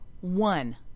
One